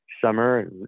Summer